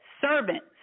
servants